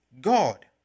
God